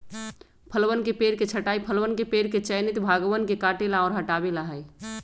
फलवन के पेड़ के छंटाई फलवन के पेड़ के चयनित भागवन के काटे ला और हटावे ला हई